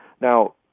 now